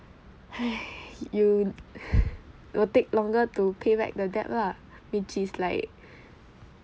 you will take longer to pay back the debt lah which is like